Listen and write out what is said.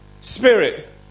Spirit